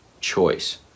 choice